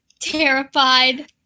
Terrified